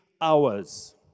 hours